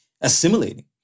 assimilating